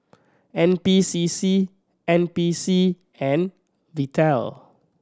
N P C C N P C and Vital